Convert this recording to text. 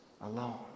alone